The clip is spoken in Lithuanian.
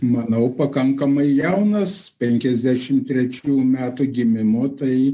manau pakankamai jaunas penkiasdešim trečių metų gimimo tai